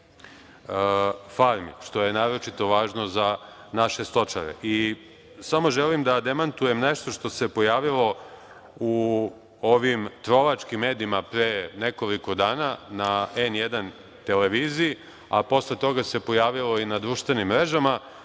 što je naročito važno za naše stočare. Samo želim da demantujem nešto što se pojavilo u ovim trovačkim medijima pre nekoliko dana na N1 televiziji, a posle toga se pojavilo i na društvenim mrežama.